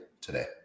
today